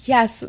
Yes